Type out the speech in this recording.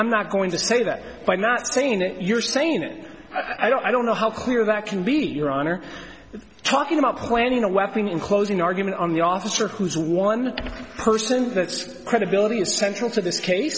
i'm not going to say that by not saying it you're saying it i don't i don't know how clear that can be your honor talking about planting a weapon in closing argument on the officer whose one person that's credibility is central to this case